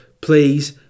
please